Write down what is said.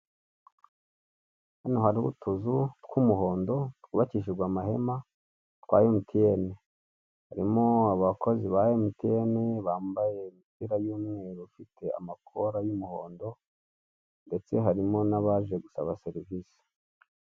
Hano hariho utuzu tw'umuhondo twubakishije amahema twa emutiyene, harimo abakozi ba emutiyene bambaye imipira y'umweru ifite amakora y'umuhondo, ndetse hari n'abaje gusaba serivise.